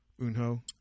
Unho